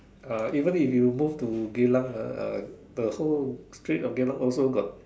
uh even if you move to Geylang ah the whole street of Geylang also got